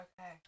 Okay